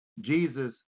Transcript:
Jesus